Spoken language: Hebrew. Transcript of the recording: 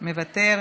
מוותר.